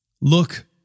Look